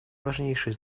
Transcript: важнейшее